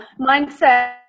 mindset